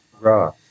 raw